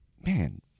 Man